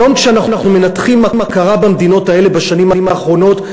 היום כשאנחנו מנתחים מה קרה במדינות האלה בשנים האחרונות,